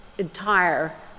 entire